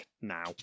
now